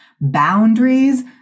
boundaries